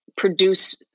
produce